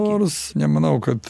nors nemanau kad